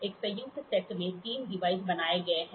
एक संयुक्त सेट में तीन डिवाइस बनाए गए हैं